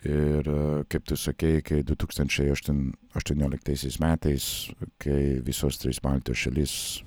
ir kaip tu sakei iki du tūkstančiai aštun aštuonioliktaisiais metais kai visos trys baltijos šalis